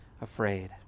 afraid